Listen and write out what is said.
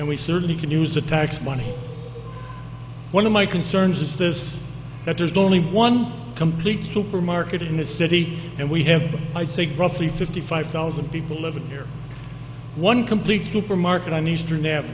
and we certainly can use the tax money one of my concerns is this that there's only one complete stupor market in the city and we have i'd say gruffly fifty five thousand people living here one complete stupor market on easter now